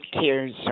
tears